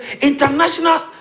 international